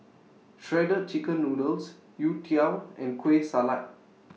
Shredded Chicken Noodles Youtiao and Kueh Salat